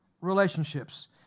relationships